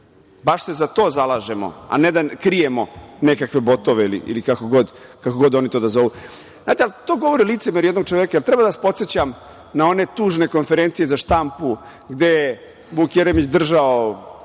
baš se za to zalažemo, a ne da krijemo nekakve botove, ili kako god oni to da zovu. Znate, to govori o licemerju jednog čoveka. Da li treba da vas podsećam na one tužne konferencije za štampu koje je Vuk Jeremić držao